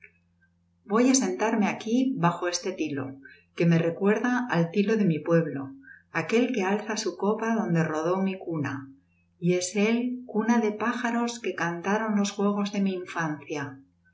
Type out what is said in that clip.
voy á sentarme aquí bajo este tilo que me recuerda al tilo de mi pueblo aquel que alza su copa donde rodó mi cuna y es él cuna de pájaros que cantaron los juegos de mi infancia